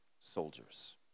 soldiers